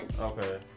Okay